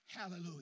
Hallelujah